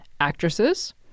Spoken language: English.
actresses